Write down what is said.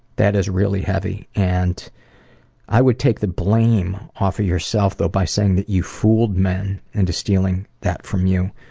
that is really heavy. and i would take the blame off of yourself though, by saying that you fooled men into stealing that from you.